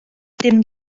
dim